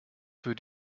für